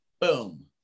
Boom